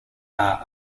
are